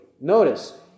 notice